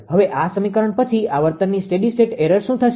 હવે આ સમીકરણ પછી આવર્તનની સ્ટેડી સ્ટેટ એરર શું થશે